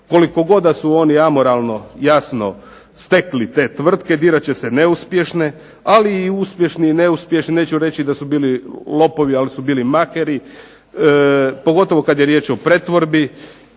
koliko god da su oni amoralno jasno stekli te tvrtke birat će se neuspješne, ali i uspješni i neuspješni neću reći da su bili lopovi ali su bili maheri pogotovo kad je riječ o pretvorbi.